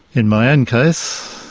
in my own case,